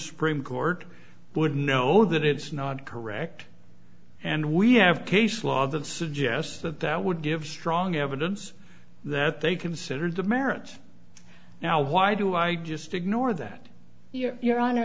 supreme court would know that it's not correct and we have case law that suggests that that would give strong evidence that they considered the merits now why do i just ignore that